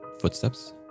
footsteps